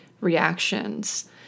reactions